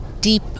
deep